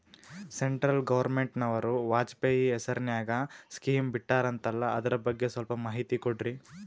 Central ಗವರ್ನಮೆಂಟನವರು ವಾಜಪೇಯಿ ಹೇಸಿರಿನಾಗ್ಯಾ scheme ಬಿಟ್ಟಾರಂತಲ್ಲ ಅದರ ಬಗ್ಗೆ ಸ್ವಲ್ಪ ಮಾಹಿತಿ ಕೊಡ್ರಿ?